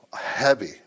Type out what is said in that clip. heavy